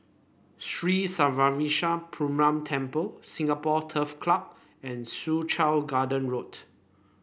Three Srinivasa Perumal Temple Singapore Turf Club and Soo Chow Garden Road